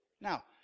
Now